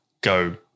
go